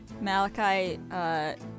Malachi